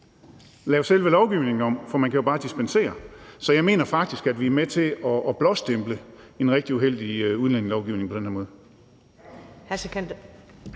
lave selve lovgivningen om, for man kan jo bare dispensere. Så jeg mener faktisk, at vi er med til at blåstemple en rigtig uheldig udlændingelovgivning på den her måde.